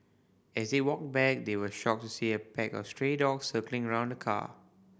as they walked back they were shocked to see a pack of stray dogs circling around the car